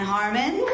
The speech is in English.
Harmon